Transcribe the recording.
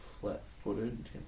flat-footed